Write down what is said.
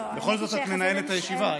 בכל זאת את מנהלת הישיבה.